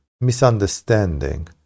misunderstanding